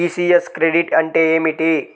ECS credit అంటే ఏమిటి?